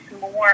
more